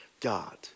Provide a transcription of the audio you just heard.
God